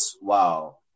wow